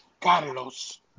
Carlos